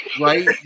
right